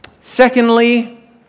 Secondly